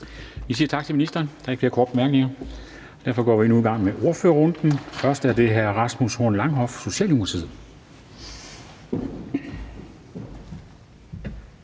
Vi siger tak til ministeren. Der er ikke flere korte bemærkninger. Derfor går vi nu i gang med ordførerrunden. Det er først hr. Rasmus Horn Langhoff, Socialdemokratiet.